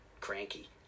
cranky